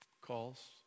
calls